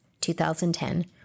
2010